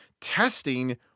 testing